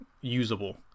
usable